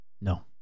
No